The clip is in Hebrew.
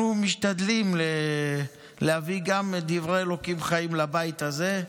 אנחנו משתדלים להביא גם את דברי אלוקים חיים לבית הזה,